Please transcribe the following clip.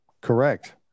Correct